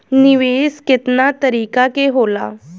निवेस केतना तरीका के होला?